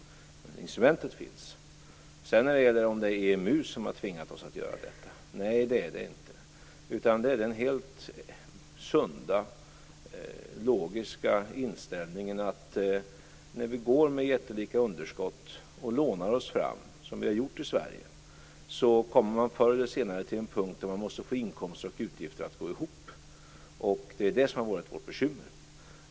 Men instrumentet finns alltså. som har tvingat oss att göra detta. Nej, det är det inte. Det är den helt sunda och logiska inställningen att när man går med jättelika underskott och lånar sig fram, som vi har gjort i Sverige, kommer man förr eller senare till en punkt där man måste få inkomster och utgifter att gå ihop. Det är detta som har varit regeringens bekymmer.